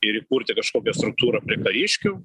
ir įkurti kažkokią struktūrą prie kariškių